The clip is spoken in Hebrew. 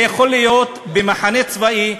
זה יכול להיות במחנה צבאי,